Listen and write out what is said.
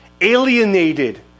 alienated